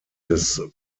des